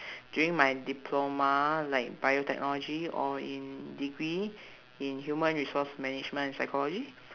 during my diploma like biotechnology or in degree in human resource management and psychology